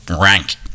rank